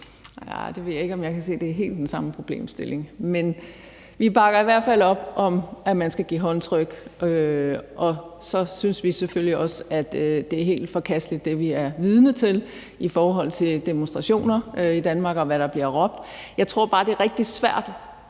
Jeg ved ikke, om jeg kan se, at det er helt den samme problemstilling, men vi bakker i hvert fald op om, at man skal give håndtryk, og så synes vi selvfølgelig også, at det, vi er vidne til, er helt forkasteligt i forhold til demonstrationer i Danmark, og hvad der bliver råbt. Jeg tror bare, det er rigtig svært